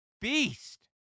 beast